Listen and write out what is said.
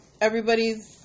everybody's